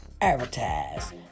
advertise